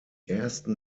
ersten